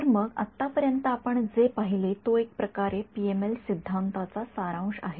तर मग आतापर्यंत आपण जे पाहिले तो एक प्रकारे पीएमएल सिद्धांताचा सारांश आहे